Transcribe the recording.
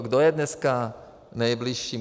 Kdo je dneska nejbližší?